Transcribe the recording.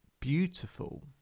beautiful